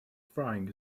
frying